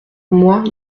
moi